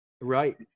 Right